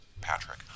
Patrick